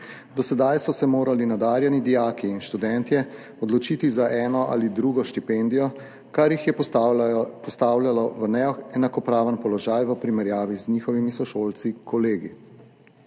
Do sedaj so se morali nadarjeni dijaki in študentje odločiti za eno ali drugo štipendijo, kar jih je postavljalo v neenakopraven položaj v primerjavi z njihovimi sošolci, kolegi.